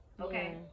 Okay